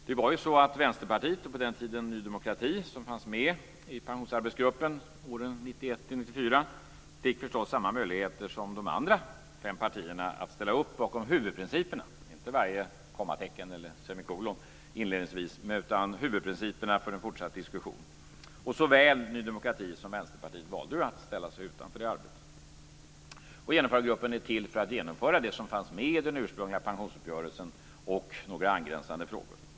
Det var ju så att Vänsterpartiet och på den tiden Ny demokrati, som fanns med i Pensionsarbetsgruppen åren 1991-1994, fick samma möjligheter som de andra fem partierna att ställa upp bakom huvudprinciperna. Det gällde inte varje kommatecken eller semikolon inledningsvis, utan huvudprinciperna för en fortsatt diskussion. Såväl Ny demokrati som Vänsterpartiet valde att ställa sig utanför det arbetet. Genomförandegruppen är till för att genomföra det som fanns med i den ursprungliga pensionsuppgörelsen och några angränsande frågor.